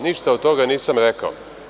Ništa od toga nisam rekao.